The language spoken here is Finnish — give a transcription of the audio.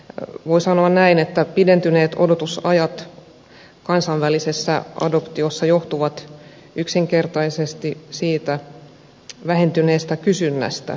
voi sanoa näin että pidentyneet odotusajat kansainvälisessä adoptiossa johtuvat yksinkertaisesti vähentyneestä kysynnästä